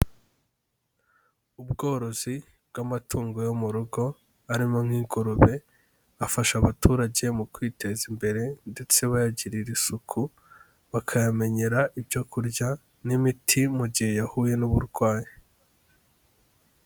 Ubworozi bw'amatungo yo mu rugo arimo nk'ingurube afasha abaturage mu kwiteza imbere ndetse bayagirira isuku, bakayamenyera ibyo kurya n'imiti mu gihe yahuye n'uburwayi.